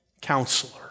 counselor